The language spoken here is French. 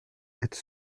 être